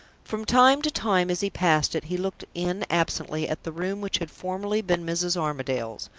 from time to time, as he passed it, he looked in absently at the room which had formerly been mrs. armadale's,